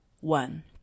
one